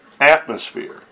atmosphere